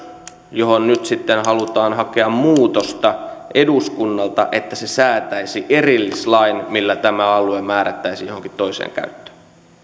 johon nyt halutaan hakea muutosta eduskunnalta että se säätäisi erillislain millä tämä alue määrättäisiin johonkin toiseen käyttöön